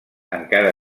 encara